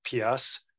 PS